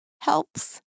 helps